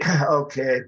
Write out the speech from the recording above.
okay